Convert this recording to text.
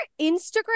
Instagram